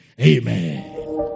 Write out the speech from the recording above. Amen